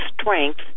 strength